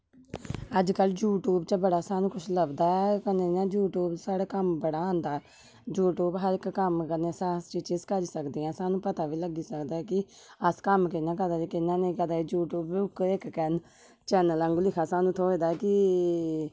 अजकल यूट्यूव च सानू बडा किश लभदा ऐ कन्ने यूट्यूव साढ़े कम्म बड़ा आंदा ऐ यूट्यूव हर इक कम्म कन्ने हर इक चीज करी सकने हा सानू पता बी लग्गी सकदा ऐ कि अस कम्म कियां करा दे कियां नेई करा दे यूट्यूव बी इक चैनल आंगू थ्होऐ दा कि